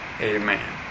Amen